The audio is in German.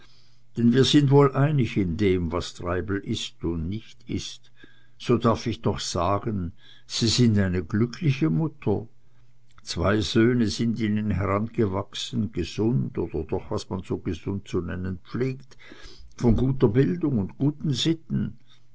denn wir sind wohl einig in dem was treibel ist und nicht ist so darf ich doch sagen sie sind eine glückliche mutter zwei söhne sind ihnen herangewachsen gesund oder doch was man so gesund zu nennen pflegt von guter bildung und guten sitten